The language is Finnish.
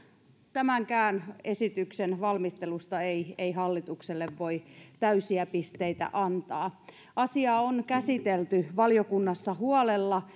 tämänkään esityksen valmistelusta ei ei hallitukselle voi täysiä pisteitä antaa asia on käsitelty valiokunnassa huolella